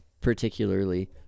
particularly